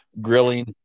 grilling